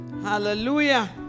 Hallelujah